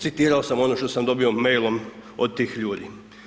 Citirao sam ono što sam dobio mailom od tih ljudi.